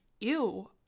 ew